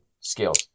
skills